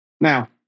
Now